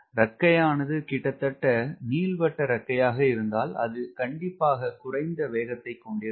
இறைக்கையானது கிட்டத்தட்ட நீள்வட்ட இறக்கையாக இருந்தால் அது கண்டிப்பாக குறைந்த வேகத்தை கொண்டிருக்கும்